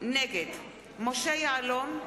נגד משה יעלון,